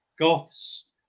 goths